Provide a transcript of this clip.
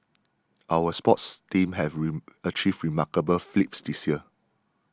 our sports teams have rain achieved remarkable feats this year